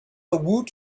woot